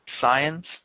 science